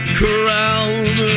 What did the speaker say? corralled